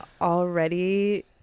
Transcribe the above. already